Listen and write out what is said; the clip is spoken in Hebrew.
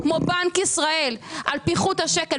כמו בנק ישראל על פיחות השקל,